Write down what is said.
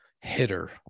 hitter